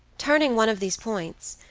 turning one of these points,